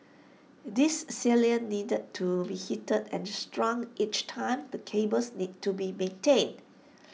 this sealant needed to be heated and strong each time the cables need to be maintained